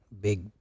big